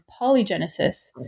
polygenesis